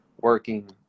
working